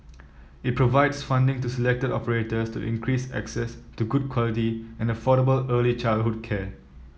it provides funding to selected operators to increase access to good quality and affordable early childhood care